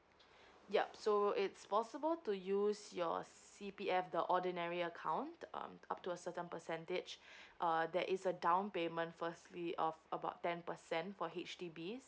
yup so it's possible to use your C_P_F the ordinary account um up to a certain percentage uh there is a down payment firstly of about ten percent for H_D_B